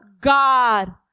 god